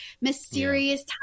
mysterious